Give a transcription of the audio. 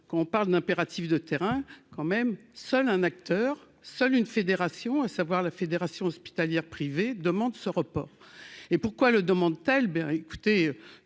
qu'on parle d'impératifs de terrain quand même, seul un acteur, seule une fédération, à savoir la fédération hospitalière privée demandent ce report et pourquoi le demande-t-elle